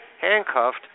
handcuffed